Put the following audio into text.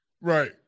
Right